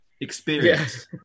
Experience